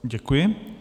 Děkuji.